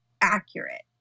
accurate